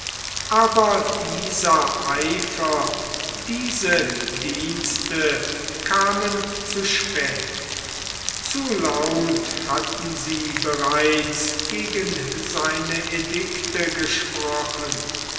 aber dieser eifer diese dienste kamen zu spät zu laut hatten sie bereits gegen seine edikte gesprochen